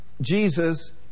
Jesus